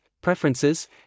preferences